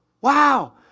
Wow